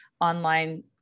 online